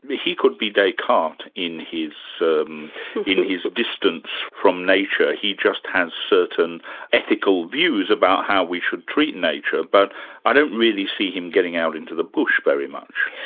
ah he could be descartes in his in his distance from nature, he just has certain ethical views about how we should treat nature, but i don't really see him getting out into the bush very much.